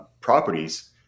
properties